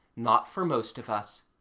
not for most of us.